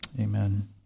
Amen